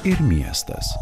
ir miestas